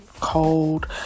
cold